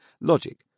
logic